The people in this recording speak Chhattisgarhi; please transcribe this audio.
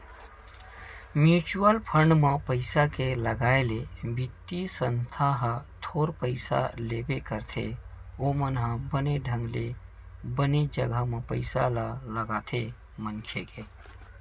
म्युचुअल फंड म पइसा के लगाए ले बित्तीय संस्था ह थोर पइसा लेबे करथे ओमन ह बने ढंग ले बने जघा म पइसा ल लगाथे मनखे के